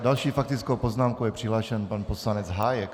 S další faktickou poznámkou je přihlášen pan poslanec Hájek.